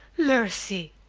mercy!